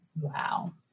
wow